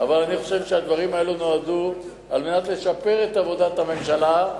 אבל אני חושב שהדברים האלה נועדו לשפר את עבודת הממשלה,